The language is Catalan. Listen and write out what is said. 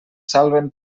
salven